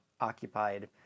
occupied